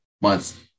months